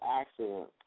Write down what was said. accident